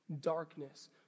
Darkness